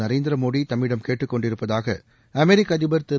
நரேந்திர மோடி தம்மிடம் கேட்டுக் கொண்டிருப்பதாக அமெரிக்க அதிபர் திரு